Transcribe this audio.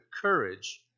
courage